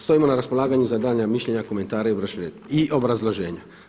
Stojimo na raspolaganju za daljnja mišljenja, komentare i obrazloženja.